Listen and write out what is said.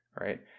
right